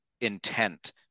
intent